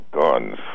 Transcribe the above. guns